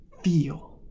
feel